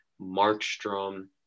Markstrom